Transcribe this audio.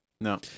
No